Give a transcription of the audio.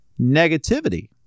negativity